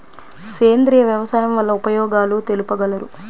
సేంద్రియ వ్యవసాయం వల్ల ఉపయోగాలు తెలుపగలరు?